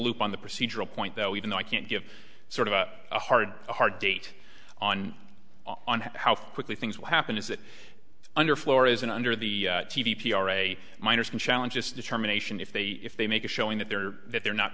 loop on the procedural point though even though i can't give sort of a hard a hard date on on how quickly things will happen is that under floor isn't under the t v p r a minors can challenge this determination if they if they make a showing that there that they're not